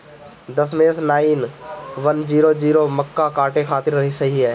दशमेश nine one zero zero मक्का काटे खातिर सही ह?